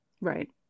Right